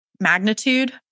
magnitude